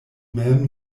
mem